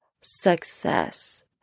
success